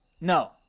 No